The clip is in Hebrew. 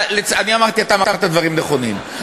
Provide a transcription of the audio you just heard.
אני אמרתי שאתה אמרת דברים נכונים,